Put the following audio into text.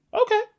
Okay